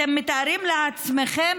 אתם מתארים לעצמכם?